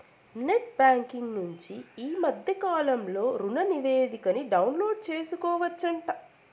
net banking నుంచి ఈ మద్దె కాలంలో రుణనివేదికని డౌన్లోడు సేసుకోవచ్చంట